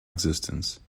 existence